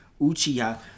Uchiha